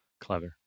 Clever